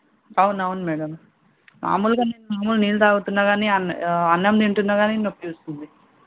అవునవును మేడమ్ మామూలుగా నేను మామూలు నీళ్ళు తాగుతున్న కానీ అన్ అన్నం తింటున్న కానీ నొప్పి వస్తుంది